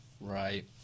Right